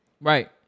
Right